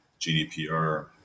GDPR